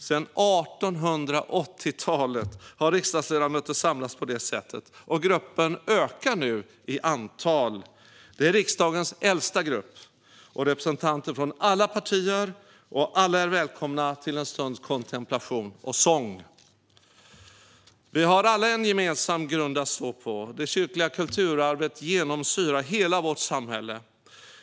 Sedan 1880-talet har riksdagsledamöter samlats på detta sätt, och gruppen ökar nu i antal. Det är riksdagens äldsta grupp med representanter från alla partier, och alla är välkomna till en stunds kontemplation och sång. Vi har alla en gemensam grund att stå på. Det kyrkliga kulturarvet genomsyrar hela vårt samhälle.